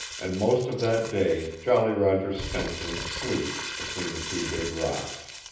and most of that day jolly roger spent in sleep between the two big rocks.